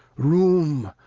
room,